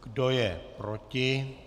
Kdo je proti?